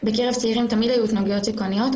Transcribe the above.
בקרב צעירים תמיד היו התנהגויות סיכוניות,